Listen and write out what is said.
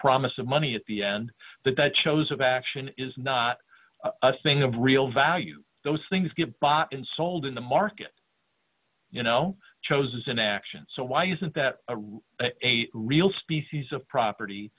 promise of money at the end that that shows of action is not a thing of real value those things get bought and sold in the market you know choses an action so why isn't that a real species of property